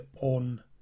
on